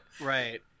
Right